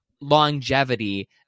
longevity